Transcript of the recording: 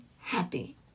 happy